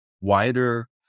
wider